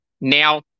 Now